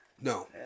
No